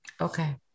Okay